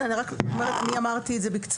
אני אמרתי את זה בקצרה.